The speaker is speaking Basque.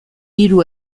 hiru